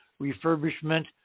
refurbishment